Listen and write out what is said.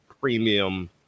premium